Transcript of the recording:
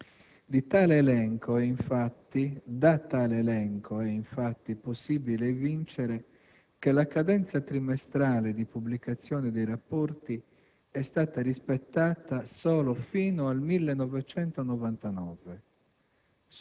Da tale elenco è infatti possibile evincere che la cadenza trimestrale di pubblicazione dei rapporti è stata rispettata solo fino al 1999.